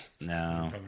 No